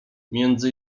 między